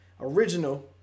original